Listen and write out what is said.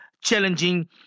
challenging